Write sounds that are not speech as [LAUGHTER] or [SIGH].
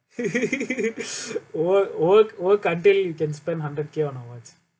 [LAUGHS] [BREATH] work work work until you can spend hundred k on a watch